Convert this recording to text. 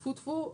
טפו-טפו,